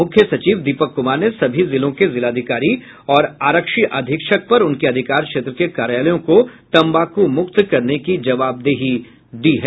मुख्य सचिव दीपक कुमार ने सभी जिलों के जिलाधिकारी और आरक्षी अधीक्षक पर उनके अधिकार क्षेत्र के कार्यालयों को तम्बाकू मुक्त करने की जवाबदेही दी है